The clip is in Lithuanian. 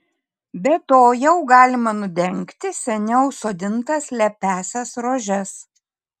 be to jau galima nudengti seniau sodintas lepiąsias rožes